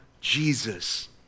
Jesus